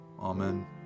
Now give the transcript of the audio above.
Amen